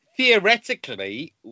theoretically